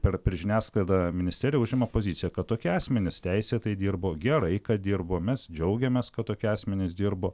per per žiniasklaidą ministerija užima poziciją kad tokie asmenys teisėtai dirbo gerai kad dirbo mes džiaugiamės kad tokie asmenys dirbo